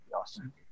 awesome